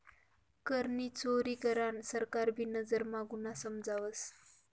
करनी चोरी करान सरकार भी नजर म्हा गुन्हा समजावस